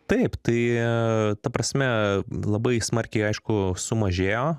taip tai ta prasme labai smarkiai aišku sumažėjo